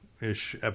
Ish